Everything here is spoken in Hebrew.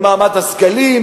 למעמד הסגלים,